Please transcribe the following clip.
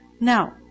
Now